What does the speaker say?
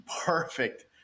perfect